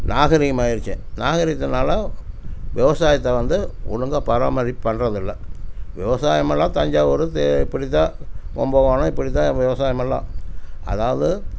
நாகரீகமாகிடுச்சி நாகரீகத்தினால விவசாயத்தை வந்து ஒழுங்காக பராமரிப்பு பண்ணுறதில்ல விவசாயம் எல்லாம் தஞ்சாவூர் இப்படிதான் கும்பகோணம் இப்படிதான் விவசாயம் எல்லாம் அதாவது